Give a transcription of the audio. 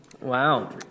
Wow